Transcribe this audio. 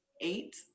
eight